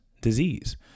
disease